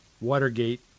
Watergate